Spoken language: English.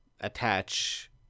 attach